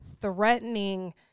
threatening